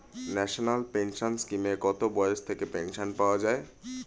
National pension স্কিমে কত বয়স থেকে পেনশন পাওয়া যায়?